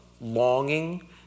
longing